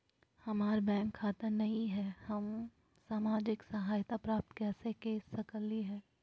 हमार बैंक खाता नई हई, हम सामाजिक सहायता प्राप्त कैसे के सकली हई?